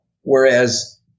Whereas